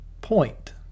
point